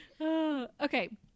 Okay